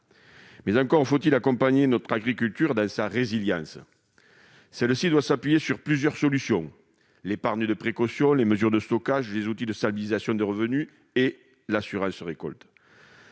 Mais encore faut-il accompagner notre agriculture dans sa résilience. Celle-ci doit s'appuyer sur plusieurs solutions : l'épargne de précaution, les mesures de stockage, les outils de stabilisation des revenus et l'assurance récolte.